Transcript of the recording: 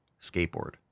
Skateboard